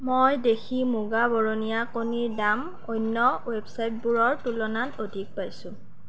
মই দেশী মুগা বৰণীয়া কণীৰ দাম অন্য ৱেবচাইটবোৰৰ তুলনাত অধিক পাইছোঁ